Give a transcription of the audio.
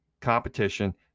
competition